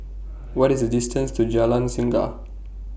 What IS The distance to Jalan Singa